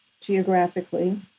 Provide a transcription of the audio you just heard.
geographically